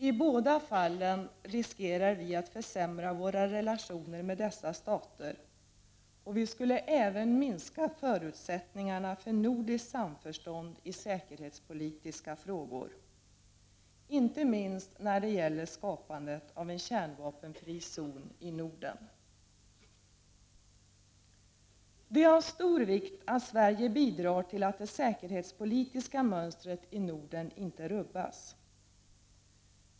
I båda fallen riskerar vi att försämra våra relationer med dessa stater och vi skulle även minska förutsättningarna för nordiskt samförstånd i säkerhetspolitiska frågor — inte minst när det gäller skapandet av en kärnvapenfri zon i Norden. Det är av stor vikt att Sverige bidrar till att det säkerhetspolitiska mönstret i Norden inte rubbas.